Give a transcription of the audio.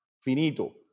Finito